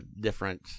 different